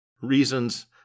reasons